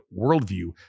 worldview